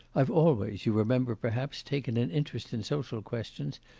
i've always, you remember perhaps, taken an interest in social questions,